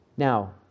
Now